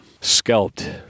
scalped